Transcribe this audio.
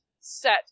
set